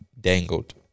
dangled